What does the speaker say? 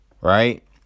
Right